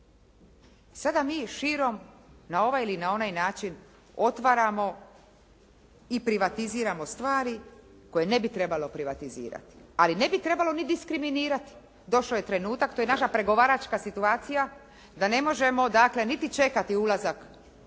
Sada mi širom na ovaj ili na onaj način otvaramo i privatiziramo stvari koje ne bi trebalo privatizirati, ali ne bi trebalo ni diskriminirati. Došao je trenutak, to je naša pregovaračka situacija da ne možemo dakle niti čekati ulazak Hrvatske